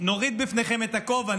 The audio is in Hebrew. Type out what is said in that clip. נוריד בפניכם את הכובע,